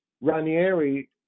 Ranieri